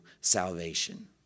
salvation